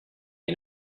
end